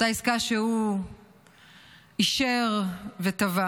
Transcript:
אותה עסקה שהוא אישר וטווה.